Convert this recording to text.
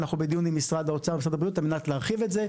אנחנו בדיון עם משרד האוצר ומשרד הבריאות על מנת להרחיב את זה.